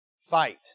Fight